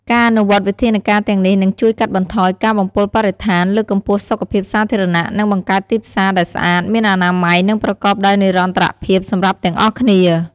ការអនុវត្តន៍វិធានការទាំងនេះនឹងជួយកាត់បន្ថយការបំពុលបរិស្ថាន លើកកម្ពស់សុខភាពសាធារណៈ និងបង្កើតទីផ្សារដែលស្អាត មានអនាម័យ និងប្រកបដោយនិរន្តរភាពសម្រាប់ទាំងអស់គ្នា។